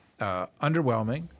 underwhelming